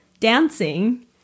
Dancing